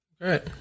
Great